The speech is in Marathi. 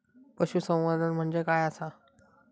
पशुसंवर्धन म्हणजे काय आसा?